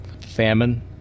famine